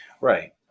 Right